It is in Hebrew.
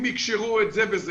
אם יקשרו את זה בזה,